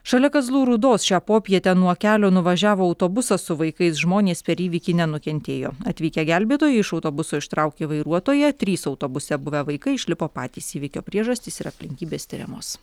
šalia kazlų rūdos šią popietę nuo kelio nuvažiavo autobusas su vaikais žmonės per įvykį nenukentėjo atvykę gelbėtojai iš autobuso ištraukė vairuotoją trys autobuse buvę vaikai išlipo patys įvykio priežastys ir aplinkybės tiriamos